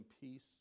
peace